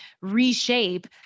reshape